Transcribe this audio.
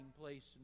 place